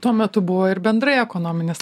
tuo metu buvo ir bendrai ekonominės